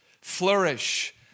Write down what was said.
flourish